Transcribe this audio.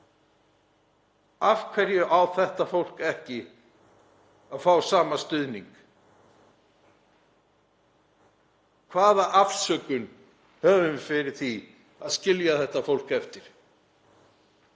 Af hverju á þetta fólk ekki að fá sama stuðning? Hvaða afsökun er fyrir því að skilja þetta fólk eftir?